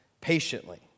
patiently